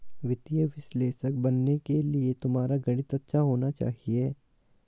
वित्तीय विश्लेषक बनने के लिए तुम्हारा गणित अच्छा होना चाहिए